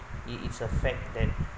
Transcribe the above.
it it's a fact that